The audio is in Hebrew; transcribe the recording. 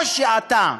או שאתה